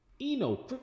Eno